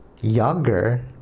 younger